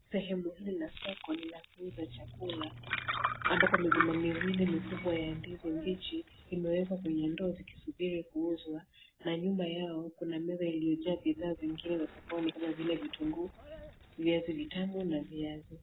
Sehemu hili la soko ni la kuuza chakula ambapo migomba mikubwa mawili ya ndizi mbichi imewekwa kwenye ndo zikisubiri kuuzwa na nyuma yao kuna meza iliyojaa bidhaa zingine kama vile vitunguu, viazi vitamu na viazi.